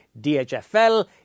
DHFL